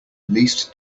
least